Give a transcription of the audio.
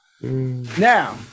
now